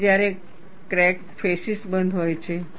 અને જ્યારે crack faces બંધ હોય છે